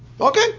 okay